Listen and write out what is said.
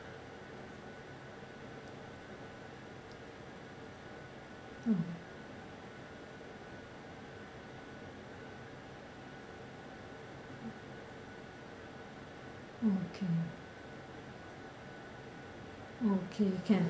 uh okay okay can